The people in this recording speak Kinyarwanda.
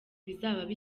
bizaba